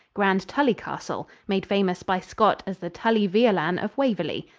grandtully castle, made famous by scott as the tully-veolan of waverly.